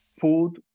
Food